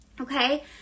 okay